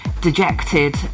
dejected